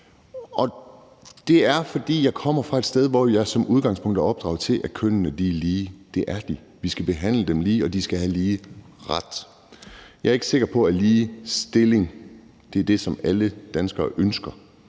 Det er, fordi jeg kommer fra et sted, hvor jeg som udgangspunkt er opdraget til, at kønnene er lige. Det er de, kønnene skal behandles lige, og de skal have lige rettigheder. Jeg er ikke sikker på, at lige stilling er det, som alle danskere ønsker.